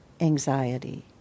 anxiety